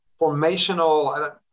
formational